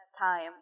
time